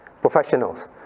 professionals